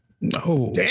No